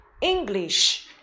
English